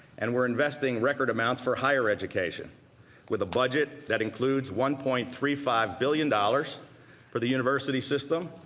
and we're investing record amounts for higher education with a budget that includes one point three five billion dollars for the university system,